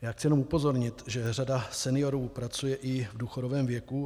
Chci jenom upozornit, že řada seniorů pracuje i v důchodovém věku.